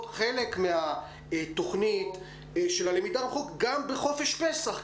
חלק מתוכנית הלמידה מרחוק גם בחופש פסח,